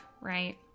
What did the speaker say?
right